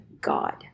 God